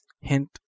Hint